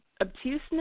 obtuseness